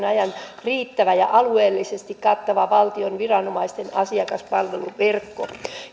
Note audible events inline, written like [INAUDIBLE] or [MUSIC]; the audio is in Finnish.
[UNINTELLIGIBLE] ajan riittävä ja alueellisesti kattava valtion viranomaisten asiakaspalveluverkko